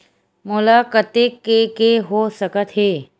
मोला कतेक के के हो सकत हे?